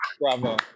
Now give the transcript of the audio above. Bravo